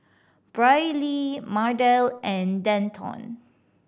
Brylee Mardell and Denton